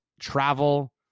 travel